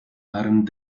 aren’t